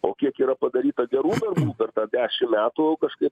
o kiek yra padaryta gerų darbų per tą dešim metų kažkaip